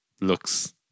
looks